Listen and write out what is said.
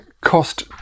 cost